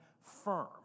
firm